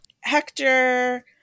Hector